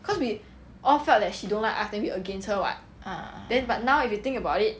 cause we all felt that she don't like us then we against her [what] then but now if you think about it